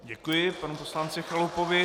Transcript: Děkuji panu poslanci Chalupovi.